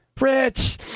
Rich